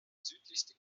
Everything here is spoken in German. südlichste